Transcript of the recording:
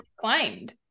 claimed